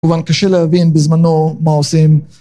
כמובן קשה להבין בזמנו מה עושים